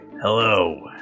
Hello